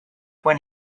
when